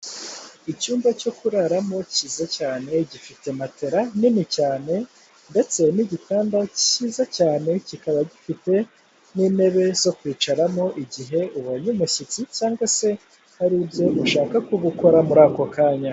Icyumba cyo kuraramo kiza cyane gifite matera nini cyane ndetse n'igitanda kiza cyane kikaba gifite n'inteba zo kwicaramo igihe ubonye umushyitsi cyangwa hari ibyo ushaka kuba ukora muri aka kanya.